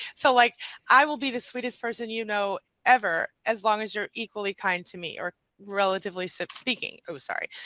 so like i will be the sweetest person, you know ever as long as you're equally kind to me or relatively speaking. oh sorry,